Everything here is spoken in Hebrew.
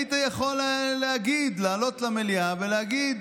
היית יכול לעלות למליאה ולהגיד: